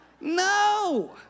No